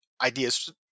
ideas